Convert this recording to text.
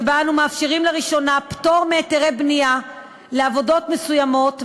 שבה אנו מאפשרים לראשונה פטור מהיתרי בנייה לעבודות מסוימות,